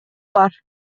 бар